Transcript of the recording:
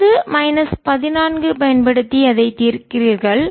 இருபது மைனஸ் பதினான்கு பயன்படுத்தி அதைப் தீர்க்கிறீர்கள்